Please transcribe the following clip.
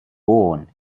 born